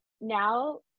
now